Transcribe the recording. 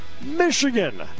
Michigan